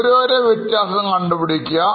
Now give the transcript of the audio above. ഓരോരോ വ്യത്യാസം കണ്ടുപിടിക്കുക